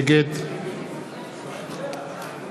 נגד